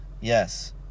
yes